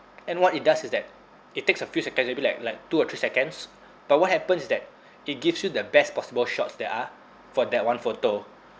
and what it does is that it takes a few seconds maybe like like two or three seconds but what happens is that it gives you the best possible shots there are for that one photo